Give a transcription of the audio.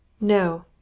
No